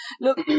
Look